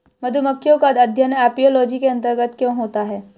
मधुमक्खियों का अध्ययन एपियोलॉजी के अंतर्गत क्यों होता है?